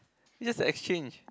just exchange